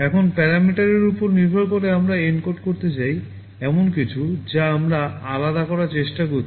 এখন প্যারামিটারের উপর নির্ভর করে আমরা ENCODE করতে চাই এমন কিছু আছে যা আমরা আলাদা করার চেষ্টা করছি